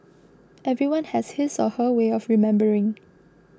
everyone has his or her way of remembering